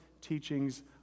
teachings